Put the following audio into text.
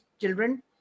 children